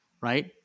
right